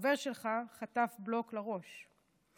חבר שלך חטף בלוק לראש,